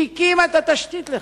שהקימה את התשתית לכך,